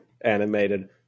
animated